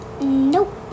Nope